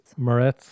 Moretz